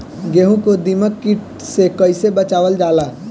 गेहूँ को दिमक किट से कइसे बचावल जाला?